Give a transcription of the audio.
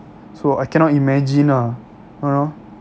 so I cannot imagine ah a'ah